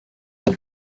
day